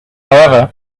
however